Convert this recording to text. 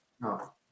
no